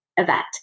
event